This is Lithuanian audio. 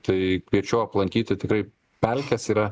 tai kviečiu aplankyti tikrai pelkės yra